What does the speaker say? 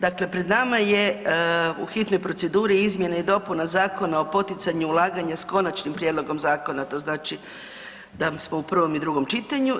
Dakle, pred nama je u hitnoj proceduri izmjena i dopuna Zakona o poticanju ulaganja s konačnim prijedlogom zakona, to znači da smo u prvom i drugom čitanju.